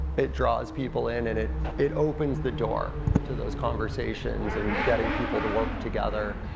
it draws people in, and it it opens the door to those conversations, and getting people to work together,